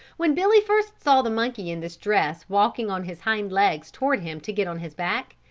when billy first saw the monkey in this dress walking on his hind legs toward him to get on his back,